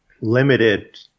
limited